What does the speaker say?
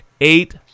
eight